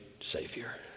Savior